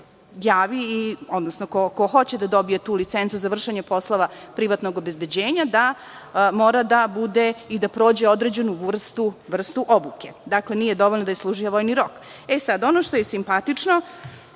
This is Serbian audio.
javi, odnosno ko hoće da dobije tu licencu za vršenje poslova privatnog obezbeđenja da mora da prođe određenu vrstu obuke. Dakle, nije dovoljno da je služio vojni rok. Ono što je simpatično,